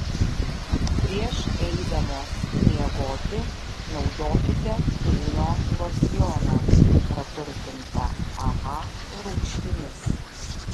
prieš eidamos miegoti naudokite kūno losjoną praturtintą aha rūgštimis